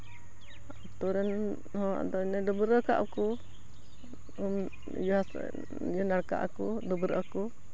ᱟᱹᱛᱩ ᱨᱮᱱ ᱦᱚᱲ ᱫᱚ ᱮᱱᱮ ᱰᱟᱹᱵᱨᱟᱹ ᱨᱟᱠᱟᱵ ᱟᱠᱚ ᱩᱸᱜ ᱤᱭᱟᱹ ᱱᱟᱲᱠᱟᱜ ᱟᱠᱚ ᱰᱟᱹᱵᱨᱟᱹᱜ ᱟᱠᱚ